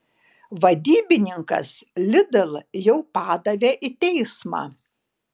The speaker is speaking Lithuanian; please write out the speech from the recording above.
vadybininkas lidl jau padavė į teismą